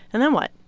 and then what?